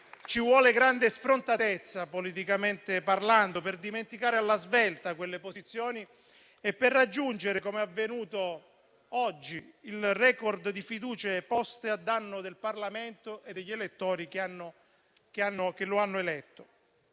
Ci vuole grande sfrontatezza, politicamente parlando, per dimenticare alla svelta quelle posizioni e raggiungere, come avvenuto oggi, il *record* di fiducie poste a danno del Parlamento e degli elettori che lo hanno eletto.